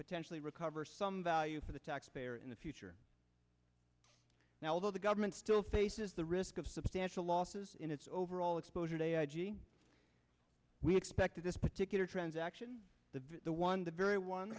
potentially recover some value for the taxpayer in the future now although the government still faces the risk of substantial losses in its overall exposure de i g we expect that this particular transaction the the one the very one